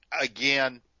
again